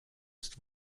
ist